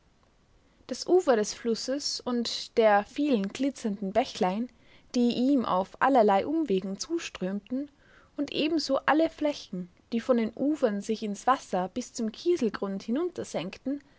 das ufer des flusses und der vielen glitzernden bächlein die ihm auf allerlei umwegen zuströmten und ebenso alle flächen die von den ufern sich ins wasser bis zum kieselgrund